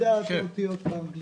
CE. השאלה של היושב-ראש הייתה חשובה.